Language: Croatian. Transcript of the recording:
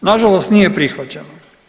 Nažalost nije prihvaćeno.